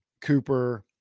Cooper